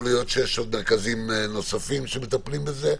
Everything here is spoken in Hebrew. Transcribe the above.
יכול להיות שיש עוד מרכזים נוספים שמטפלים בזה,